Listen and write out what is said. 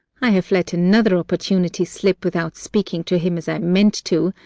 i have let another opportunity slip without speaking to him as i meant to,